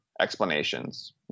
explanations